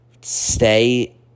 stay